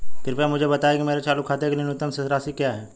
कृपया मुझे बताएं कि मेरे चालू खाते के लिए न्यूनतम शेष राशि क्या है